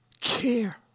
care